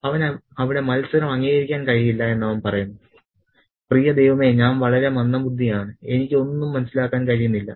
അവന് അവിടെ മത്സരം അംഗീകരിക്കാൻ കഴിയില്ല അവൻ പറയുന്നു പ്രിയ ദൈവമേ ഞാൻ വളരെ മന്ദബുദ്ധിയാണ് എനിക്ക് ഒന്നും മനസ്സിലാക്കാൻ കഴിയുന്നില്ല